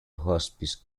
hospice